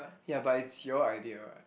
yeah but it's your idea [what]